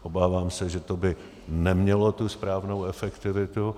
Obávám se, že by to nemělo tu správnou efektivitu.